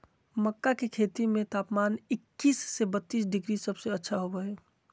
मक्का के खेती में तापमान इक्कीस से बत्तीस डिग्री सबसे अच्छा होबो हइ